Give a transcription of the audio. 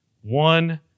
one